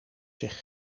zich